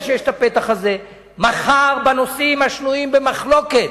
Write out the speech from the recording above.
מחר, בנושאים השנויים במחלוקת,